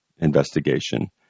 investigation